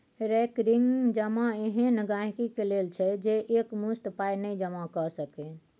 recurring जमा एहन गांहिकी लेल छै जे एकमुश्त पाइ नहि जमा कए सकैए